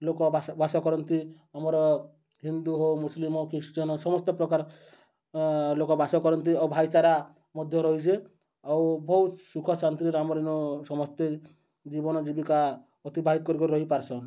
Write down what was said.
ଲୋକ ବାସ ବାସ କରନ୍ତି ଆମର ହିନ୍ଦୁ ହେଉ ମୁସଲିମ୍ ହେଉ ଖ୍ରୀଷ୍ଟିଆନ୍ ହେଉ ସମସ୍ତ ପ୍ରକାର ଲୋକ ବାସ କରନ୍ତି ଓ ଭାଇଚାରା ମଧ୍ୟ ରହିଛେ ଆଉ ବହୁତ୍ ସୁଖ ଶାନ୍ତିରେ ଆମର୍ ସମସ୍ତେ ଜୀବନ ଜୀବିକା ଅତିବାହିତ କରିକରି ରହିପାର୍ସନ୍